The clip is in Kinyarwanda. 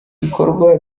ibikorwa